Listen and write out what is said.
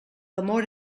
amor